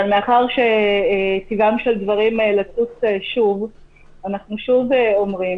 אבל מאחר שטיבם של דברים לצוץ שוב אנחנו שוב אומרים